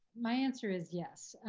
my answer is yes.